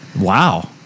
Wow